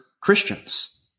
Christians